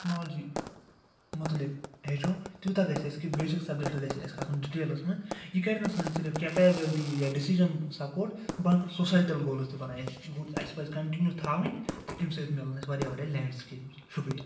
technology مُتعلِق ہیٚچھو تیوٗتاہ گَژھِ اَسہِ کہِ بیسِک سَبجَکٹ گَژھِ اَسہِ کھَسُن ڈِٹیلَس مَنٛز یہِ کَرِ نہٕ سٲنۍ صرف کیپیبلٹی یا ڈِسِجَن سَپوٹ سوسایٹَل گولٕز تہِ بنایہِ اَسہِ اَسہِ پَزِ کَنٹنیوٗ تھاوٕنۍ اَمہِ سۭتۍ مِلان اَسہِ واریاہ واریاہ لینٛڈسٕکیپٕس شُکریہ